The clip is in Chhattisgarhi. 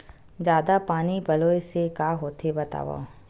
जादा पानी पलोय से का होथे बतावव?